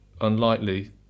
unlikely